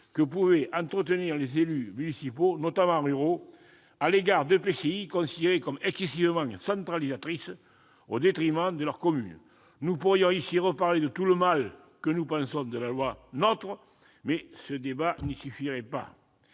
que pouvaient entretenir les élus municipaux, notamment ruraux, à l'égard d'EPCI considérés comme excessivement centralisateurs au détriment de la commune. Nous pourrions reparler de tout le mal que nous pensons de la loi du 7 août 2015 portant